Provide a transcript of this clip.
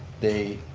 they